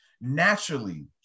naturally